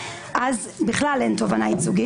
אז בכלל אין תובענה ייצוגית.